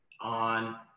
on